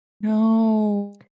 no